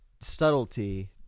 Subtlety